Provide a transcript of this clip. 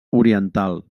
oriental